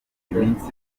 iminsi